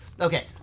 Okay